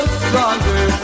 stronger